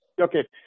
Okay